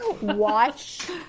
watch